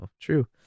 true